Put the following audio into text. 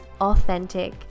authentic